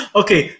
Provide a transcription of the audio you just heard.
okay